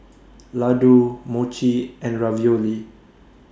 Ladoo Mochi and Ravioli